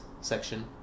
section